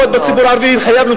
הוא גם יקבל,